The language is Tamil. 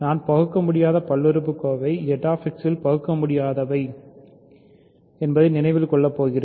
நான் பகுக்கமுடியாத பல்லுறுப்புக்கோவை ZX இல் பகுக்கமுடியாததை நினைவில் கொள்ளப் போகிறேன்